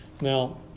Now